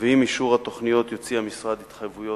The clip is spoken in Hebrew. ועם אישור התוכניות יוציא המשרד התחייבויות